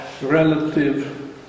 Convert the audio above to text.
relative